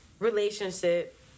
relationship